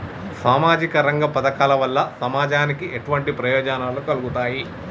సామాజిక రంగ పథకాల వల్ల సమాజానికి ఎటువంటి ప్రయోజనాలు కలుగుతాయి?